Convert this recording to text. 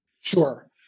Sure